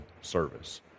service